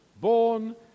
Born